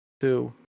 Two